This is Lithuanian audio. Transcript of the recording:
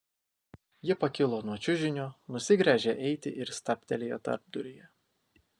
ji pakilo nuo čiužinio nusigręžė eiti ir stabtelėjo tarpduryje